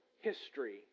history